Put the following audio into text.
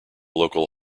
local